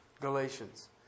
Galatians